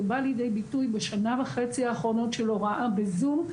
ובאה לידי ביטוי בשנה וחצי האחרונות של הוראה בזום.